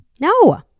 No